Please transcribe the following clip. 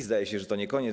Zdaje się, że to nie koniec.